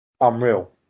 unreal